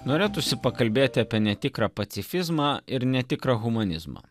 norėtųsi pakalbėti apie netikrą pacifizmą ir netikro humanizmo